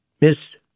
Miss